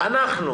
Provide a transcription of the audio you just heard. אנחנו